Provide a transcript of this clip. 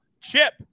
Chip